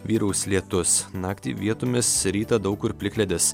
vyraus lietus naktį vietomis rytą daug kur plikledis